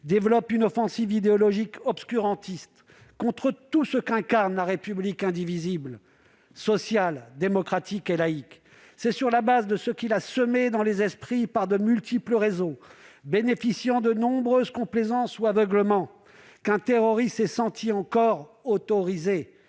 développe une offensive idéologique obscurantiste contre tout ce qu'incarne la République indivisible, sociale, démocratique et laïque. C'est sur la base de ce qu'il a semé dans les esprits par de multiples réseaux, bénéficiant de nombreuses complaisances ou aveuglements, qu'un terroriste s'est senti encore « autorisé